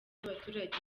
n’abaturage